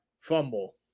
fumble